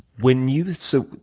when you so